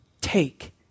take